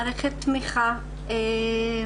מערכת תמיכה,